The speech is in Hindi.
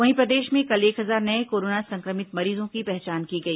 वहीं प्रदेश में कल एक हजार नये कोरोना संक्रमित मरीजों की पहचान की गई